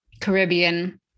Caribbean